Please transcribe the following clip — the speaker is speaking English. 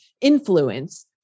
influence